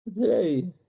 Today